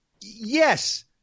yes